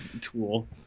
tool